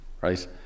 Right